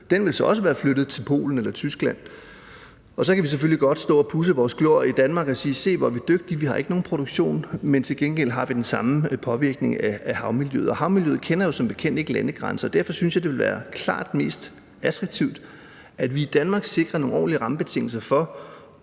med, så også være flyttet til Polen eller Tyskland, og så kan vi selvfølgelig godt stå og pudse vores glorie i Danmark og sige: Se, hvor er vi dygtige, vi har ikke nogen produktion. Men til gengæld har vi den samme påvirkning af havmiljøet, og havmiljøet kender jo som bekendt ikke landegrænser. Derfor synes jeg, at det vil være klart mest attraktivt, at vi i Danmark sikrer nogle ordentlige rammebetingelser for